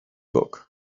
books